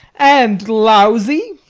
and lousy.